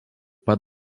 pat